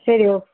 சரி ஓக்